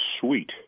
suite